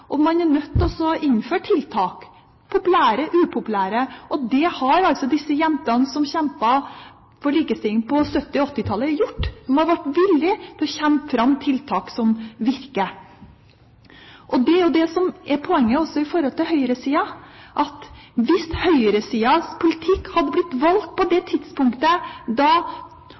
man er nødt til å innføre tiltak, populære og upopulære, og det har altså disse jentene som kjempet for likestilling på 1970-tallet og 1980-tallet, gjort. De har vært villige til å kjempe fram tiltak som virker. Det er jo det som er poenget også i forhold til høyresida. Hvis høyresidas politikk hadde blitt valgt på det tidspunktet da